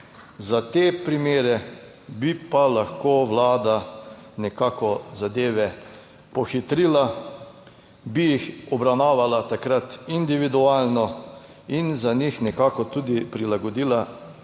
za te primere bi pa lahko Vlada nekako zadeve pohitrila, bi jih obravnavala takrat individualno in za njih nekako tudi prilagodila